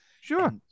Sure